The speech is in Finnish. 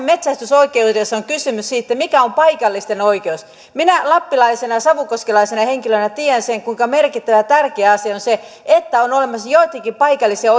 metsästysoikeudessahan on kysymys siitä mikä on paikallisten oikeus minä lappilaisena savukoskelaisena henkilönä tiedän sen kuinka merkittävä tärkeä asia on se että on olemassa joitakin paikallisia